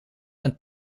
een